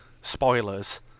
spoilers